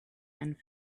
and